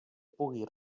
pugui